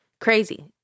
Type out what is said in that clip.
crazy